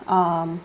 um